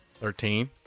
Thirteen